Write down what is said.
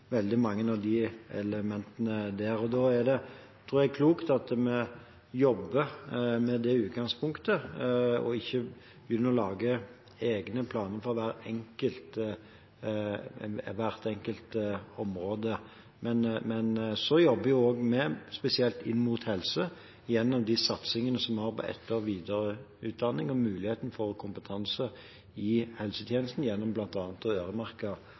veldig mange av de elementene. Jeg tror det er klokt at vi jobber med det utgangspunktet og ikke begynner å lage egne planer for hvert enkelt område. Vi jobber også spesielt inn mot helse gjennom de satsingene som vi har på etter- og videreutdanning og muligheten for kompetanse i helsetjenesten, gjennom